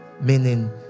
Meaning